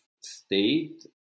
state